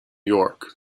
york